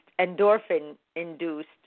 endorphin-induced